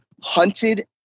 hunted